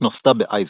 נוסדה באייזנך.